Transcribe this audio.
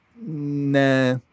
nah